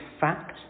fact